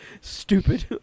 stupid